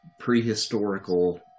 prehistorical